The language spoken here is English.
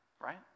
right